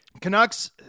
Canucks